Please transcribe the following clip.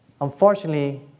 unfortunately